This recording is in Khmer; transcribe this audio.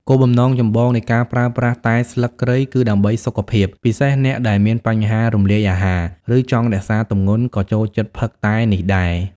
គោលបំណងចម្បងនៃការប្រើប្រាស់តែស្លឹកគ្រៃគឺដើម្បីសុខភាព ពិសេសអ្នកដែលមានបញ្ហារំលាយអាហារ ឬចង់រក្សាទម្ងន់ក៏ចូលចិត្តផឹកតែនេះដែរ។